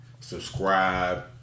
Subscribe